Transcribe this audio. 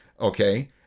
Okay